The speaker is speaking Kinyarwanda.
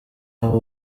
abo